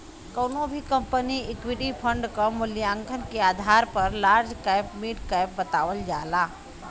कउनो भी कंपनी क इक्विटी फण्ड क मूल्यांकन के आधार पर लार्ज कैप मिड कैप बतावल जाला